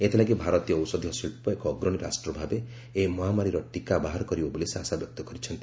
ଏଥିଲାଗି ଭାରତୀୟ ଔଷଧୀୟ ଶିଳ୍ପ ଏକ ଅଗ୍ରଣୀ ରାଷ୍ଟ୍ର ଭାବେ ଏହି ମହାମାରୀର ଟୀକା ବାହାର କରିବ ବୋଲି ସେ ଆଶବ୍ୟକ୍ତ କରିଛନ୍ତି